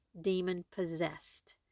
demon-possessed